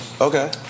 Okay